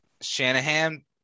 Shanahan